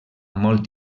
molt